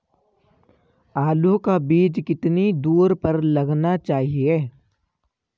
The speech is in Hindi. आलू का बीज कितनी दूरी पर लगाना चाहिए?